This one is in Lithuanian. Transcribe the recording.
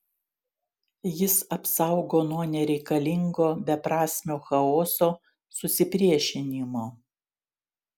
jis apsaugo nuo nereikalingo beprasmio chaoso susipriešinimo